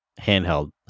handheld